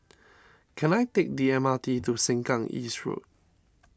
can I take the M R T to Sengkang East Road